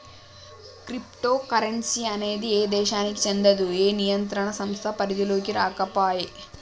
crypto currency అనేది ఏ దేశానికీ చెందదు, ఏ నియంత్రణ సంస్థ పరిధిలోకీ రాకపాయే